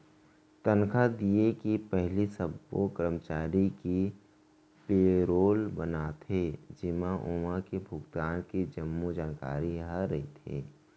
तनखा दिये के पहिली सब्बो करमचारी के पेरोल बनाथे जेमा ओमन के भुगतान के जम्मो जानकारी ह रथे